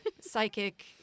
psychic